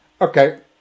Okay